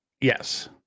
Yes